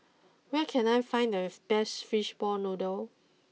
where can I find the best Fishball Noodle